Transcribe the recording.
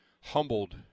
Humbled